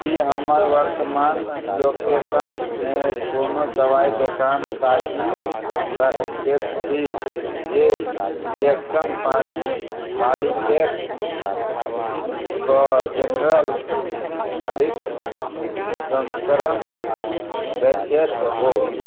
की हमर वर्तमान लोकेशनमे कोनो दवाइ दोकान ताकि सकैत छी जे इन्जेक्शन पानी पॉली पैक कऽ जेनरल रिक संस्करण बेचैत हो